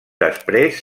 després